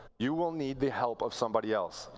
you will need the help of somebody else.